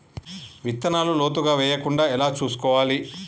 విత్తనాలు లోతుగా వెయ్యకుండా ఎలా చూసుకోవాలి?